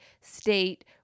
state